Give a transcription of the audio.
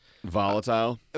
Volatile